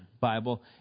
Bible